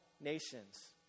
nations